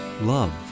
love